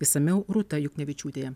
išsamiau rūta juknevičiūtė